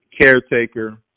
caretaker